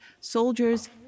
soldiers